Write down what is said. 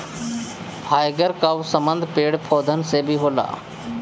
fibre कअ संबंध पेड़ पौधन से भी होला